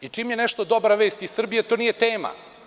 Čim je nešto dobra vest iz Srbije, to nije tema.